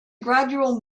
gradual